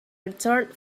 returned